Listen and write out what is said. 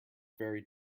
very